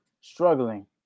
struggling